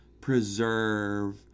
preserve